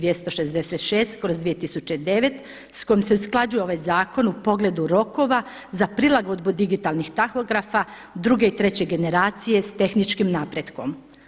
2009 s kojom se usklađuje ovaj zakon u pogledu rokova za prilagodbu digitalnih tahografa druge i treće generacije s tehničkim napretkom.